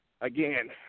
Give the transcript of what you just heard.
again